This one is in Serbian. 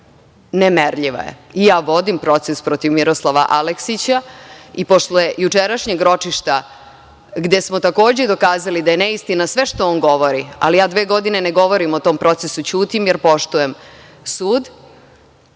je. Ja vodim proces protiv Miroslava Aleksića. Posle jučerašnjeg ročišta, gde smo takođe dokazali da je neistina sve što on govori, ali ja dve godine ne govorim o tom procesu, ćutim, jer poštujem sud,